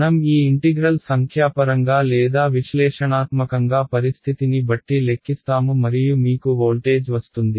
మనం ఈ ఇంటిగ్రల్ సంఖ్యాపరంగా లేదా విశ్లేషణాత్మకంగా పరిస్థితిని బట్టి లెక్కిస్తాము మరియు మీకు వోల్టేజ్ వస్తుంది